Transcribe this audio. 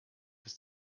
ist